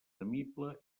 temible